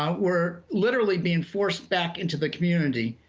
um were literally being forces back into the community.